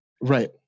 Right